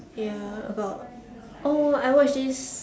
ya about oh I watch this